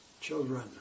Children